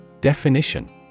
Definition